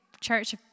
church